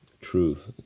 truth